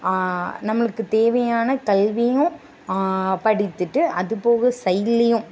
நம்மளுக்கு தேவையான கல்வியும் படிச்சுட்டு அதுபோக சைட்லேயும்